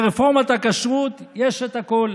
ברפורמת הכשרות יש את הכול,